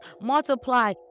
Multiply